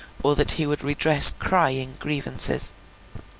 or that he would redress crying grievances.